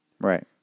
Right